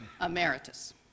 emeritus